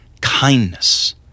kindness